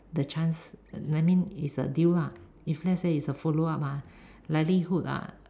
the chance I mean is a deal lah if let's say is a follow up ah likelihood ah